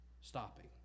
stopping